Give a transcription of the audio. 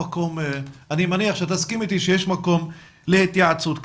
אני מניח שתסכים איתי שיש מקום להתייעצות כזו.